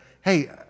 hey